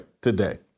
today